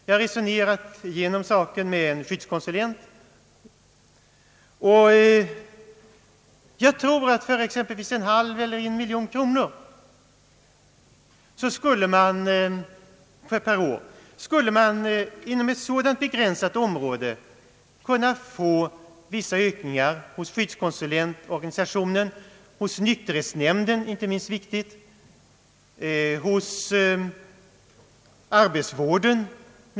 Jag har resonerat igenom saken med en skyddskonsulent, och jag tror att man för exempelvis en halv eller en miljon kronor per år skulle inom ett sådant begränsat område kunna få vissa ökningar av resurserna för skyddskonsulentorganisationen, för nykterhetsnämnden — vilket inte är minst viktigt — och för arbetsvården.